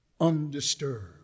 Undisturbed